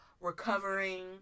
recovering